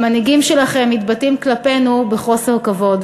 המנהיגים שלכם מתבטאים כלפינו בחוסר כבוד,